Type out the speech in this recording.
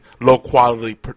low-quality